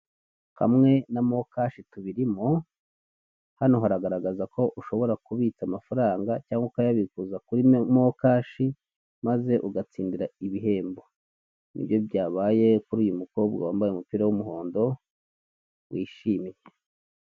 Hamwe na mokashi tubirimo, hano haragaragaza ko ushobora kubitsa amafaranga cyangwa ukayabikuza kuri mokashi maze ugatsindira ibihembo. Ni byo byabaye kuri uyu mukobwa wambaye umupira w'umuhondo wishimye.